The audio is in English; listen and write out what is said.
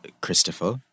Christopher